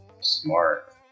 smart